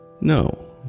No